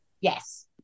Yes